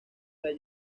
era